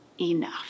enough